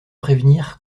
prévenir